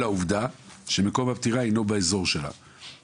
העובדה שמקום הפטירה אינו באזור של החברה קדישא.